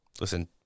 Listen